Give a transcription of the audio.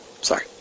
Sorry